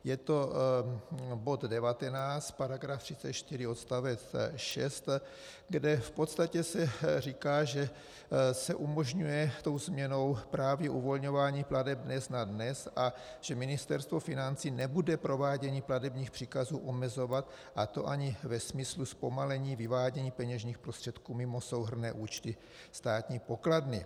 Je to bod 19 § 34 odst. 6, kde v podstatě se říká, že se umožňuje tou změnou právě uvolňování plateb, ne snad dnes, a že Ministerstvo financí nebude provádění platebních příkazů omezovat, a to ani ve smyslu zpomalení vyvádění peněžních prostředků mimo souhrnné účty státní pokladny.